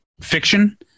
fiction